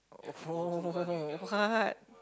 oh what